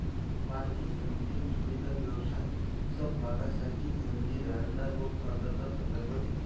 margin funding सुविधा व्यवसाय समभागांसाठी खरेदी दारांना रोख कर्जाचा संदर्भ देते